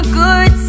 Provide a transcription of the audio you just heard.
good